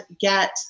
get